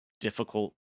difficult